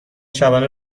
شبانه